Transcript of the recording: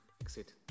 exit